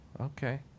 okay